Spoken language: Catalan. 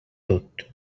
tot